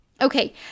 Okay